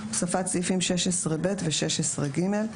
הוספת סעיפים 16ב ו-16ג.